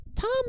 Tom